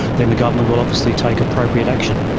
then the government will obviously take appropriate action.